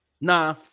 Nah